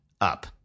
up